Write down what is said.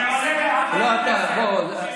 אני עונה לחבר הכנסת.